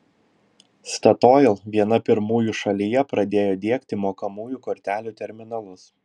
statoil viena pirmųjų šalyje pradėjo diegti mokamųjų kortelių terminalus